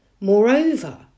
Moreover